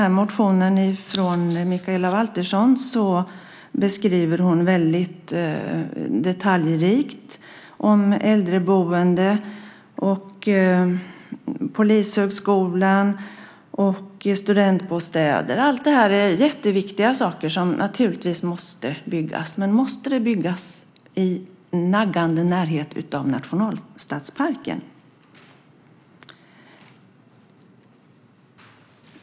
I motionen från Mikaela Valtersson beskrivs väldigt detaljrikt om äldreboende, polishögskolan och studentbostäder. Allt det här är jätteviktiga saker som naturligtvis måste byggas. Men måste det byggas naggande nära nationalstadsparken?